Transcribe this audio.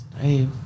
hey